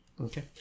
Okay